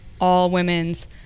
all-women's